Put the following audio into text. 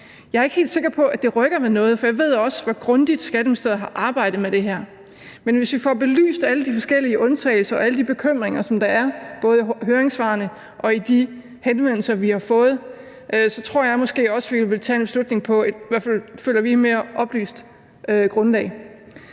Jeg er ikke helt sikker på, at det rykker ved noget, for jeg ved også, hvor grundigt Skatteministeriet har arbejdet med det her. Men hvis vi får belyst alle de forskellige undtagelser og alle de bekymringer, som der er, både i høringssvarene og i de henvendelser, vi har fået, så tror jeg måske også, vi vil kunne tage en beslutning på et, føler vi i hvert fald, mere oplyst grundlag.